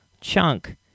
Chunk